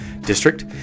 District